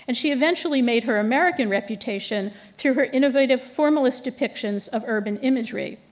and she eventually made her american reputation through her innovative formalist depictions of urban imagery.